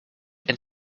and